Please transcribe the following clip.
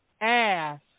ass